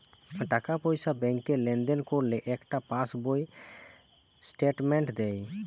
টাকা পয়সা ব্যাংকে লেনদেন করলে একটা পাশ বইতে স্টেটমেন্ট দেয়